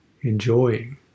enjoying